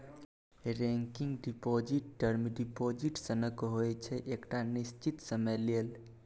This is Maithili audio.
रेकरिंग डिपोजिट टर्म डिपोजिट सनक होइ छै एकटा निश्चित समय लेल